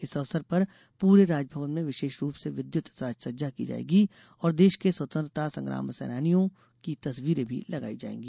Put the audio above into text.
इस अवसर पर पूरे राजभवन में विशेष रूप से विद्युत साज सज्जा की जायेगी और देश के स्वतंत्रता संग्राम सेनानियों की तस्वीरें भी लगाई जायेंगी